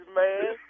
man